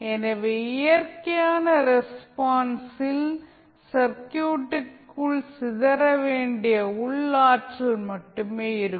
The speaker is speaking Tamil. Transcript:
எனவே இயற்கையான ரெஸ்பான்ஸில் சர்க்யூட்டுக்குள் சிதற வேண்டிய உள் ஆற்றல் மட்டுமே இருக்கும்